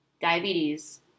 diabetes